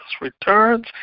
returns